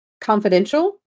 confidential